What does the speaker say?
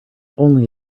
only